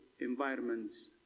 environments